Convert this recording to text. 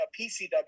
pcw